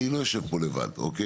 אני לא יושב פה לבד, אוקיי?